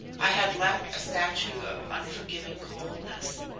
i had left a statue of unforgiving coldness.